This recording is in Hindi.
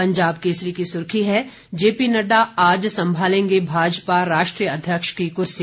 पंजाब केसरी की सुर्खी है जेपी नड़डा आज संभालेंगे भाजपा राष्ट्रीय अध्यक्ष की कर्सी